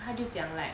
他就讲 like